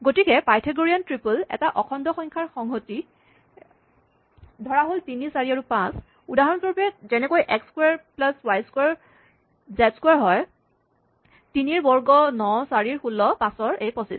গতিকে Pythagorean triple এটা অখণ্ড সংখ্যাৰ সংহতি ধৰাহ'ল তিনি চাৰি আৰু পাঁচ উদাহৰণস্বৰূপে যেনেকৈ এক্স ক্সোৱাৰ প্লাছ ৱাই ক্সোৱাৰ জেড ক্সোৱাৰ তিনিৰ বৰ্গ ন চাৰিৰ ১৬ পাচঁৰ ২৫